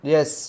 Yes